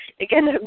again